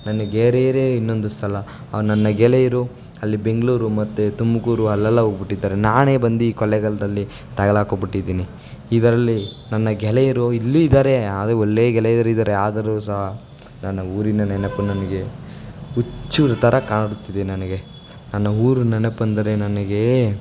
ನನ್ನ ಗೆಳೆಯರೇ ಇನ್ನೊಂದು ಸಲ ಆ ನನ್ನ ಗೆಳೆಯರು ಅಲ್ಲಿ ಬೆಂಗ್ಳೂರು ಮತ್ತು ತುಮಕೂರು ಅಲ್ಲೆಲ್ಲಾ ಹೋಗ್ಬಿಟ್ಟಿದ್ದಾರೆ ನಾನೇ ಬಂದು ಕೊಳ್ಳೆಗಾಲ್ದಲ್ಲಿ ತಗ್ಲಾಕ್ಕೊಬಿಟ್ಟಿದ್ದೀನಿ ಇದರಲ್ಲಿ ನನ್ನ ಗೆಳೆಯರು ಇಲ್ಲೂ ಇದ್ದಾರೆ ಆದರೆ ಒಳ್ಳೆಯ ಗೆಳೆಯರಿದ್ದಾರೆ ಆದರೂ ಸಹ ನನ್ನ ಊರಿನ ನೆನಪು ನನಗೆ ಹುಚ್ಚರ ಥರ ಕಾಡುತ್ತಿದೆ ನನಗೆ ನನ್ನ ಊರು ನೆನಪಂದರೆ ನನಗೇ